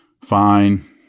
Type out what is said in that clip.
fine